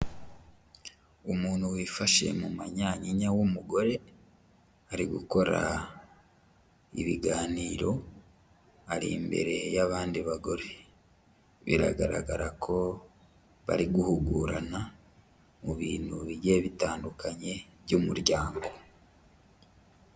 Umuntu wifashe mu manyanyinya w'umugore ari gukora ibiganiro ari imbere y'abandi bagore, biragaragara ko bari guhugurana mu bintu bigiye bitandukanye by'umuryango.